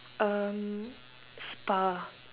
um spa